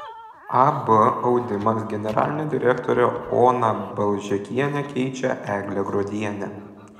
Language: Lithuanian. ab audimas generalinę direktorę oną balžekienę keičia eglė gruodienė